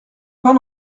pas